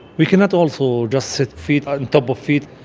we can not also just sit feet on top of feet.